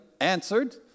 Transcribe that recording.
answered